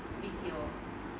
B_T_O